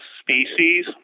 species